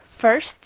First